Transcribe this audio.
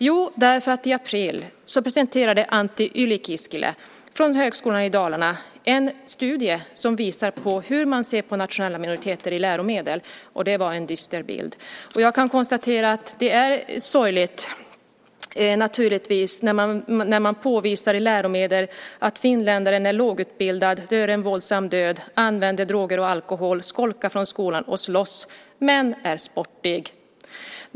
Jo, därför att i april presenterade Antti Ylikiiskilä från Högskolan i Dalarna en studie som visar på hur man ser på nationella minoriteter i läromedel. Det var en dyster bild. Det är sorgligt när det i läromedel står att en finländare med låg utbildning dör en våldsam död, använder droger och alkohol, skolkar från skolan och slåss men är sportig.